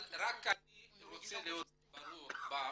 אני רוצה להיות ברור בנושא,